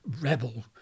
rebel